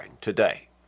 today